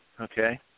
okay